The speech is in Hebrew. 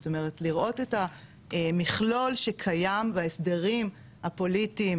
זאת אומרת לראות את המכלול שקיים בהסדרים הפוליטיים